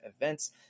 events